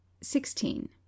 Sixteen